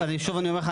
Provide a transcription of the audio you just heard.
שוב אני אומר לך,